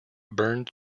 burned